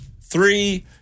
three